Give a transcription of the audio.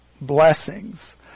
blessings